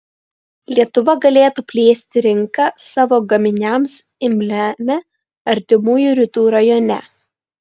lietuva galėtų plėsti rinką savo gaminiams imliame artimųjų rytų rajone